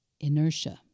inertia